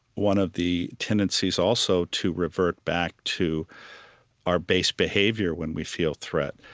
one of the tendencies also to revert back to our base behavior when we feel threat.